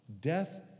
death